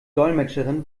dolmetscherin